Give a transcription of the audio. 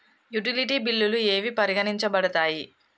Utility బిల్లులు ఏవి పరిగణించబడతాయి?